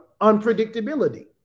unpredictability